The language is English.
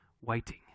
waiting